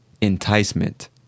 enticement